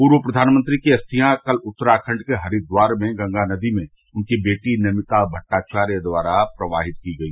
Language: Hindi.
पूर्व प्रधानमंत्री की अस्थियां कलउत्तराखण्ड के हरिद्वार में गंगा नदी में उनकी बेटी नमिता भट्टाचार्य द्वारा प्रवाहित की गई